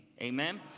Amen